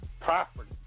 property